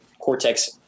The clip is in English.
cortex